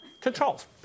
Controls